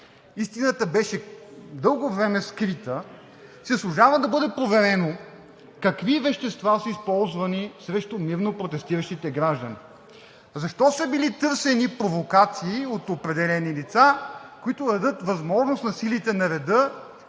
истината беше дълго време скрита, си заслужава да бъде проверено какви вещества са използвани срещу мирно протестиращите граждани; защо са били търсени провокации от определени лица, които да дадат възможност на силите на реда